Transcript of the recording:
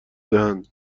دهند